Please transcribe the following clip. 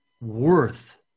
worth